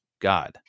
God